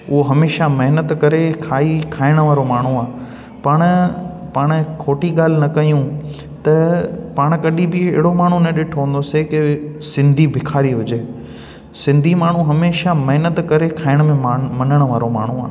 उहो हमेशा महिनत करे खाईं खाइणु वारो माण्हू आहे पाण पाण खोटी ॻाल्हि न कयूं त पाण कॾहिं बि अहिड़ो माण्हू न ॾिठो हूंदो से कि सिंधी भिखारी हुजे सिंधी माण्हू हमेशा महिनत करे खाइण में मान मञणु वारो माण्हू आहे